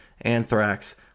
anthrax